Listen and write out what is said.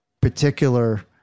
particular